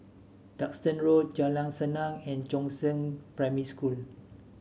Duxton Road Jalan Senang and Chongzheng Primary School